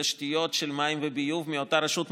כתשתיות של מים וביוב מאותה רשות מקומית.